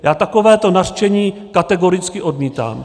Já takové nařčení kategoricky odmítám.